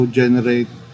generate